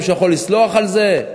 מישהו יכול לסלוח על זה?